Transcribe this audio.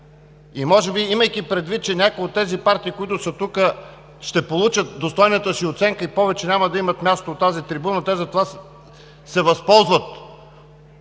Може би, имайки предвид, че някои от тези партии, които са тук, ще получат достойната си оценка и повече няма да имат място на тази трибуна, се възползват